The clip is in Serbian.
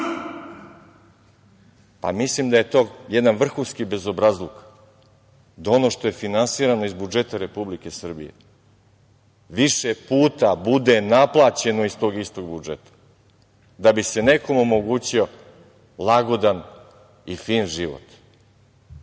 Mislim da je to jedan vrhunski bezobrazluk, da ono što je finansirano iz budžeta Republike Srbije više puta bude naplaćeno iz tog istog budžeta, da bi se nekom omogućio lagodan i fin život.